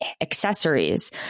accessories